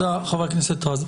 תודה, חה"כ רז.